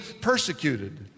persecuted